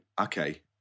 okay